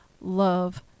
love